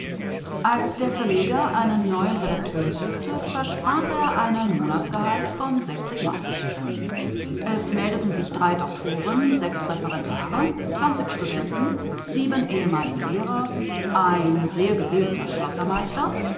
als der verleger einen neuen redakteur suchte versprach er einen monatsgehalt von sechzig mark es meldeten sich drei doktoren sechs referendare zwanzig studenten sieben ehemalige lehrer ein sehr gebildeter schlossermeister